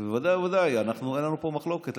בוודאי ובוודאי אין לנו פה מחלוקת,